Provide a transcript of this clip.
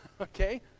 okay